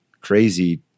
crazy